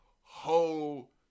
whole